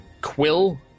Quill